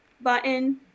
button